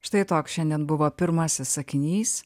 štai toks šiandien buvo pirmasis sakinys